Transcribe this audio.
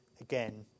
again